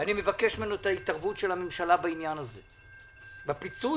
ואני מבקש ממנו את ההתערבות של הממשלה בעניין הזה ואת הפיצוי,